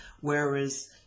Whereas